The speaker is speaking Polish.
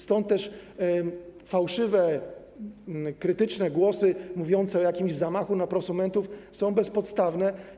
Stąd też fałszywe, krytyczne głosy mówiące o jakimś zamachu na prosumentów są bezpodstawne.